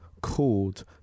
called